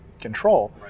control